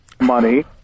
money